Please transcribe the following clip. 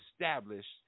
established